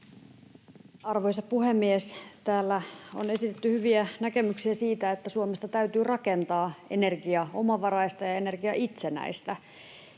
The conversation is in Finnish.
Arvoisa puhemies! Täällä on esitetty hyviä näkemyksiä siitä, että Suomesta täytyy rakentaa energiaomavaraista ja energiaitsenäistä.